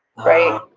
right.